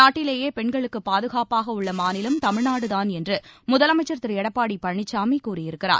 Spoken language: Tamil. நாட்டிலேயே பெண்களுக்கு பாதுகாப்பாக உள்ள மாநிலம் தமிழ்நாடு என்று முதலமைச்சர் திரு எடப்பாடி பழனிசாமி கூறியிருக்கிறார்